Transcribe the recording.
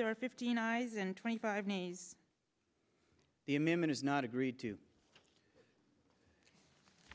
there are fifteen eyes and twenty five was the amendment is not agreed to